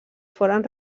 foren